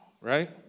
right